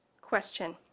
Question